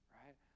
right